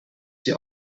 sie